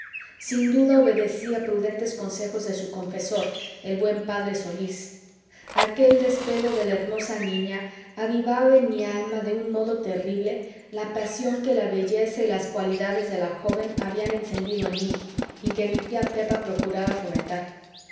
sin duda obedecía prudentes consejos de su confesor el buen p solís aquel despego de la hermosa niña avivaba en mi alma de un modo terrible la pasión que la belleza y las cualidades de la joven habían encendido en mi y que mi tía pepa procuraba fomentar